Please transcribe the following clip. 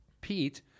Pete